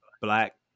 black